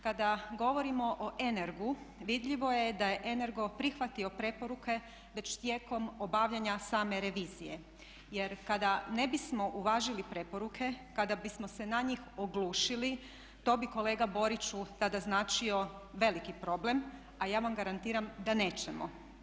Kada govorimo o Energu vidljivo je da je Energo prihvatio preporuke već tijekom obavljanja same revizije, jer kada ne bismo uvažili preporuke, kada bismo se na njih oglušili to bi kolega Boriću tada značio veliki problem, a ja vam garantiram da nećemo.